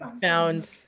Found